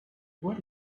where